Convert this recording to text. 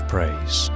Praise